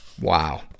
Wow